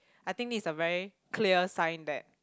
I think this is a very clear sign that